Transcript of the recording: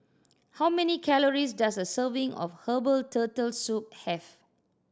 how many calories does a serving of herbal Turtle Soup have